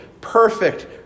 perfect